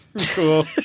cool